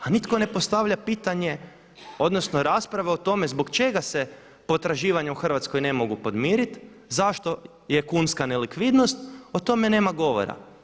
A nitko ne postavlja pitanje odnosno rasprave o tome zbog čega se potraživanja u Hrvatskoj ne mogu podmiriti, zašto je kunska nelikvidnost, o tome nema govora.